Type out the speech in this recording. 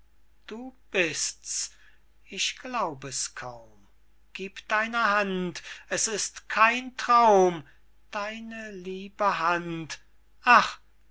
du bist's ich glaub es kaum gieb deine hand es ist kein traum deine liebe hand ach